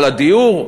על הדיור,